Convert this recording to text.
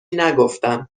نگفتم